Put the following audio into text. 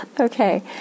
Okay